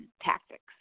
tactics